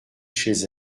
chez